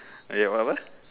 okay what apa